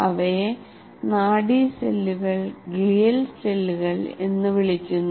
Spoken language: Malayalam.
അവയെ നാഡി സെല്ലുകൾ ഗ്ലിയൽ സെല്ലുകൾ എന്ന് വിളിക്കുന്നു